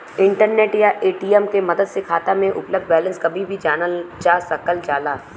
internet या ATM के मदद से खाता में उपलब्ध बैलेंस कभी भी जानल जा सकल जाला